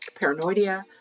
paranoia